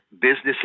businesses